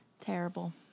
Terrible